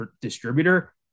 distributor